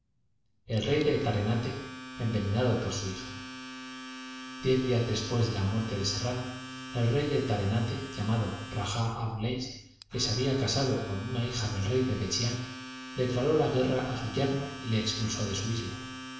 el rey de tarenate envenenado por su hija diez días después de la muerte de serrano el rey de tarenate llamado rajá alais que se había casado con una hija del rey de bechián declaró la guerra a su yerno y le expulsó de su isla